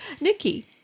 Nikki